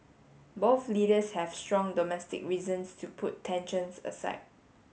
both leaders have strong domestic reasons to put tensions aside